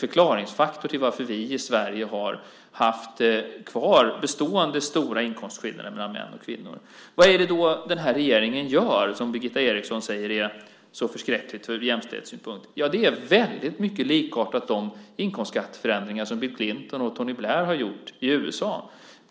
förklaringsfaktor till varför vi i Sverige bestående har haft kvar stora inkomstskillnader mellan män och kvinnor. Vad är det då den här regeringen gör som Birgitta Eriksson säger är så förskräckligt ur jämställdhetssynpunkt? Det är väldigt mycket likartat de inkomstskatteförändringar som Bill Clinton och Tony Blair har gjort i USA och Storbritannien.